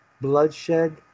bloodshed